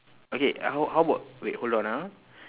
okay how how about wait hold on ah